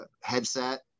headset